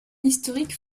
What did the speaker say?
historique